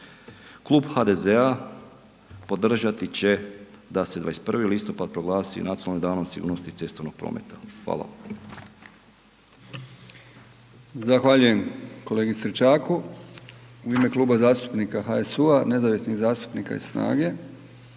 klub HDZ-a podržati će da se 21. listopad proglasi Nacionalnim danom sigurnosti cestovnog prometa, hvala. **Brkić, Milijan (HDZ)** Zahvaljujem kolegi Stričaku. U ime Kluba zastupnika HSU-a, nezavisnih zastupnika i